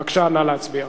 בבקשה, נא להצביע.